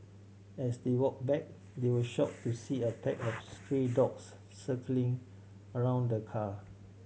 as they walked back they were shocked to see a pack of stray dogs circling around the car